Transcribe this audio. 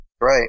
Right